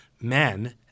men